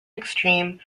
extreme